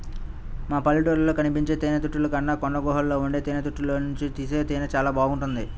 మన పల్లెటూళ్ళలో కనిపించే తేనెతుట్టెల కన్నా కొండగుహల్లో ఉండే తేనెతుట్టెల్లోనుంచి తీసే తేనె చానా బాగుంటది